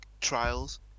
trials